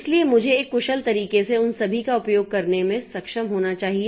इसलिए मुझे एक कुशल तरीके से उन सभी का उपयोग करने में सक्षम होना चाहिए